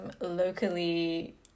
locally